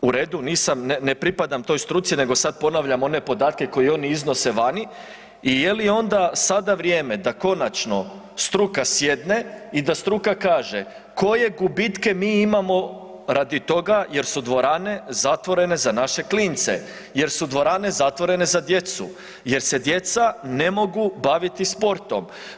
U redu, nisam, ne pripadam toj struci nego sad ponavljam one podatke koji oni iznose vani i je li onda sada vrijeme da konačno struka sjedne i da struka kaže koje gubitke mi imamo radi toga jer su dvorane zatvorene za naše klince, jer su dvorane zatvorene za djecu, jer se djeca ne mogu baviti sportom.